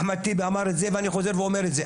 אחמד טיבי אמר את זה ואני חוזר ואומר את זה.